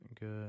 good